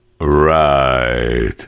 Right